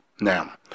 Now